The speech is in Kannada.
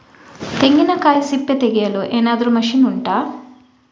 ತೆಂಗಿನಕಾಯಿ ಸಿಪ್ಪೆ ತೆಗೆಯಲು ಏನಾದ್ರೂ ಮಷೀನ್ ಉಂಟಾ